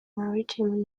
maritime